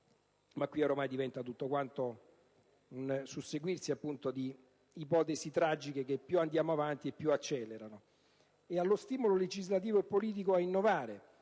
se qui oramai tutto diventa un susseguirsi di ipotesi tragiche che, più si va avanti, più accelerano) e allo stimolo legislativo e politico a innovare,